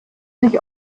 sich